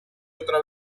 otra